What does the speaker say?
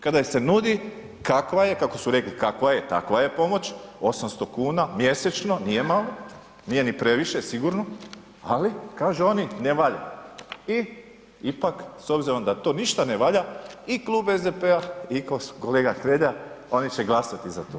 Kada im se nudi kakva je, kako su rekli kakva je takva je pomoć, 800,00 kn mjesečno nije malo, nije ni previše sigurno, ali kažu oni ne valja i ipak s obzirom da to ništa ne valja i Klub SDP-a i kolega Hrelja oni će glasati za to.